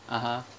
(uh huh)